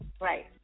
Right